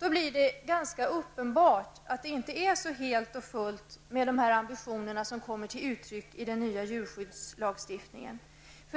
-- blir det ganska uppenbart att det inte är så helt och fullt med den ambition som kommer till uttryck i den nya djurskyddslagstiftningen.